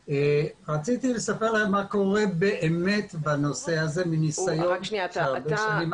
רציתי לספר לכם מה קורה באמת בנושא הזה מניסיון של הרבה שנים.